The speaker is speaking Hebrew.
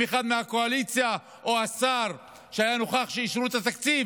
האם אחד מהקואליציה או השר שהיה נוכח כשאישרו את התקציב